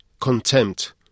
Contempt